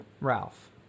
Ralph